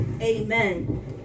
amen